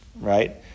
right